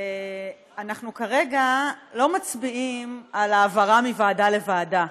אנחנו כרגע לא מצביעים על העברה מוועדה לוועדה.